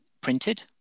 printed